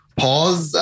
pause